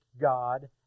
God